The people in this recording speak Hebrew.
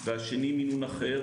והשני מינון אחר,